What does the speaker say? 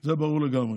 זה ברור לגמרי.